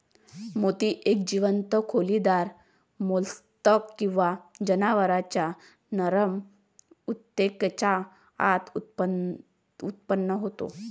मोती एक जीवंत खोलीदार मोल्स्क किंवा जनावरांच्या नरम ऊतकेच्या आत उत्पन्न होतो